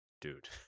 dude